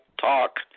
talk